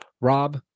rob